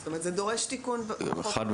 זאת אומרת, זה דורש תיקון בחוק.